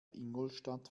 ingolstadt